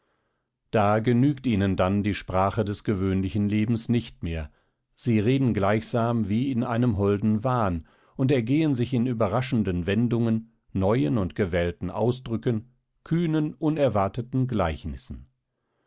da genügt ihnen dann die sprache des gewöhnlichen lebens nicht mehr sie reden gleichsam wie in einem holden wahn und ergehen sich in überraschenden wendungen neuen und gewählten ausdrücken kühnen unerwarteten gleichnissen